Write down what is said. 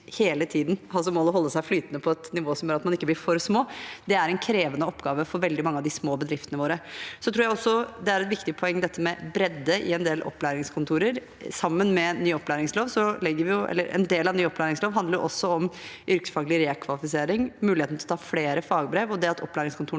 hele tiden må holde seg flytende på et nivå som gjør at man ikke blir for små, er en krevende oppgave for veldig mange av de små bedriftene våre. Jeg tror også det er et viktig poeng med bredde i en del opplæringskontorer. En del av ny opplæringslov handler også om yrkesfaglig rekvalifisering, muligheten til å ta flere fagbrev, og at opplæringskontorene